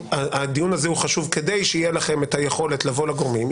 הדיון הזה הוא חשוב כדי שתהיה לכם את היכולת לבוא לגורמים.